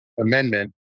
amendment